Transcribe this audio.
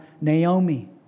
Naomi